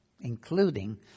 including